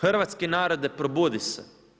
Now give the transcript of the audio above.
Hrvatski narode, probudi se.